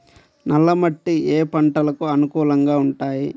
నల్ల మట్టి ఏ ఏ పంటలకు అనుకూలంగా ఉంటాయి?